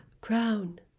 crown